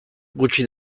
gutxi